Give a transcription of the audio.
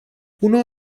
uno